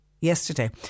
yesterday